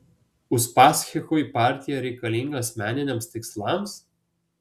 uspaskichui partija reikalinga asmeniniams tikslams